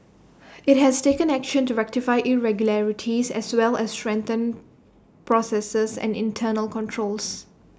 IT has taken action to rectify irregularities as well as strengthen processes and internal controls